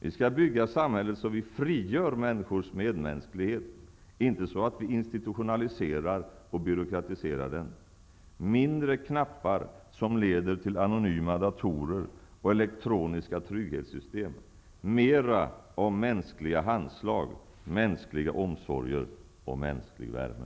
Vi skall bygga samhället så att vi frigör människors medmänsklighet, inte så att vi institutionaliserar och byråkratiser. Mindre av knappar som leder till anonyma datorer och elektroniska trygghetssystem och mera av mänskliga handslag, mänskliga omsorger och mänsklig värme!